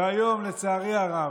והיום, לצערי הרב,